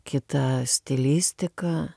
kita stilistika